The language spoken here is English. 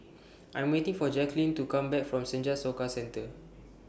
I Am waiting For Jacqulyn to Come Back from Senja Soka Centre